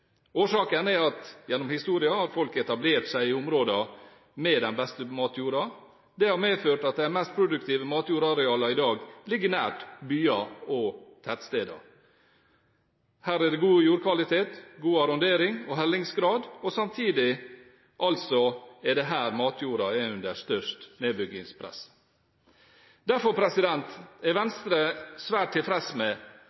Årsaken er, gjennom historien, at folk har etablert seg i områdene med den beste matjorda. Det har medført at de mest produktive matjordarealene i dag ligger nært byer og tettsteder. Her er det god jordkvalitet og god arrondering og hellingsgrad, samtidig som det er her matjorda er under størst nedbyggingspress. Derfor er